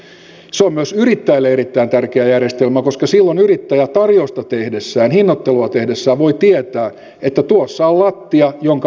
se on myös yrittäjälle erittäin tärkeä järjestelmä koska silloin yrittäjä tarjousta tehdessään hinnoittelua tehdessään voi tietää että tuossa on lattia jonka alle ei mennä